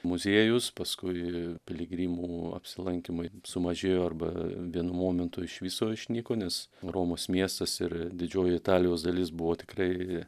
muziejus paskui piligrimų apsilankymai sumažėjo arba vienu momentu iš viso išnyko nes romos miestas ir didžioji italijos dalis buvo tikrai